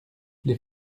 les